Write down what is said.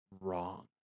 wrong